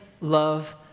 love